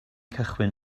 cychwyn